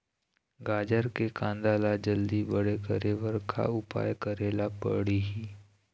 गाजर के कांदा ला जल्दी बड़े करे बर का उपाय करेला पढ़िही?